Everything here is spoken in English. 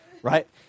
right